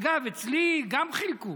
אגב, אצלי גם חילקו,